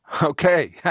Okay